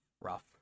Rough